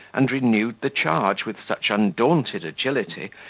and renewed the charge with such undaunted agility,